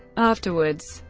afterwards,